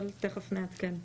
אבל תכף נעדכן.